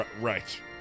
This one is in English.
Right